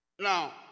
Now